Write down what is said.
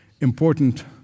important